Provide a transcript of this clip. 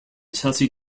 chelsea